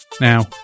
Now